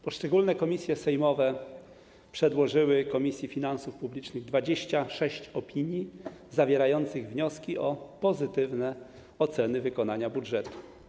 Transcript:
Poszczególne komisje sejmowe przedłożyły Komisji Finansów Publicznych 26 opinii zawierających wnioski o pozytywne oceny wykonania budżetu.